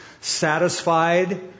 satisfied